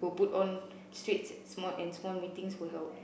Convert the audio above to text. were put on streets small and small meetings was held